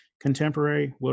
Contemporary